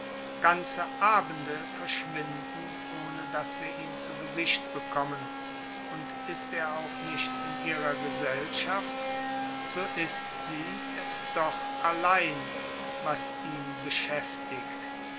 ganze abende verschwinden ohne daß wir ihn zu gesicht bekommen und ist er auch nicht in ihrer gesellschaft so ist sie es doch allein was ihn beschäftigt